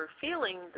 feeling